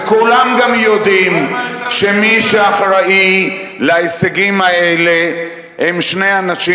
וכולם יודעים שמי שאחראים להישגים האלה הם שני אנשים: